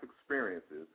experiences